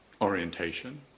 orientation